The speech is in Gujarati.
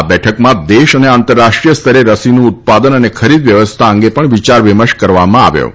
આ બેઠકમાં દેશ અને આંતરરાષ્ટ્રીયસ્તરે રસીનું ઉત્પાદન અને ખરીદ વ્યવસ્થા અંગે પણ વિયાર વિમર્શ કરવામાં આવ્યો હતો